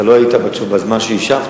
אתה לא היית בזמן שהשבתי,